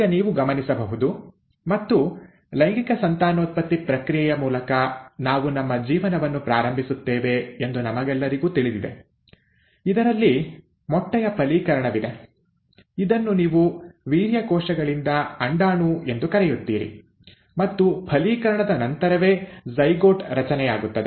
ಈಗ ನೀವು ಗಮನಿಸಬಹುದು ಮತ್ತು ಲೈಂಗಿಕ ಸಂತಾನೋತ್ಪತ್ತಿ ಪ್ರಕ್ರಿಯೆಯ ಮೂಲಕ ನಾವು ನಮ್ಮ ಜೀವನವನ್ನು ಪ್ರಾರಂಭಿಸುತ್ತೇವೆ ಎಂದು ನಮಗೆಲ್ಲರಿಗೂ ತಿಳಿದಿದೆ ಇದರಲ್ಲಿ ಮೊಟ್ಟೆಯ ಫಲೀಕರಣವಿದೆ ಇದನ್ನು ನೀವು ವೀರ್ಯ ಕೋಶಗಳಿಂದ ಅಂಡಾಣು ಎಂದು ಕರೆಯುತ್ತೀರಿ ಮತ್ತು ಫಲೀಕರಣದ ನಂತರವೇ ಜೈಗೋಟ್ ರಚನೆಯಾಗುತ್ತದೆ